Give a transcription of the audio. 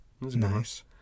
nice